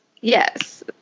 Yes